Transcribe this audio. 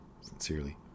Sincerely